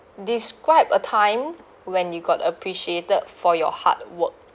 describe a time when you got appreciated for your hard work